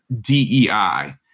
DEI